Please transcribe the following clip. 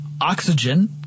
oxygen